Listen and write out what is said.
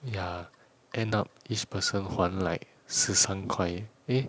ya end up each person 还 like 十三块 eh